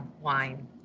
wine